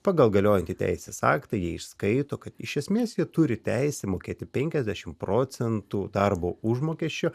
pagal galiojantį teisės aktą jie išskaito kad iš esmės ji turi teisę mokėti penkiasdešimt procentų darbo užmokesčio